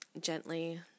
gently